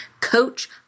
coach